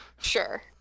Sure